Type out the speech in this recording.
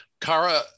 Kara